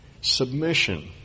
submission